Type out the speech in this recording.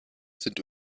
sind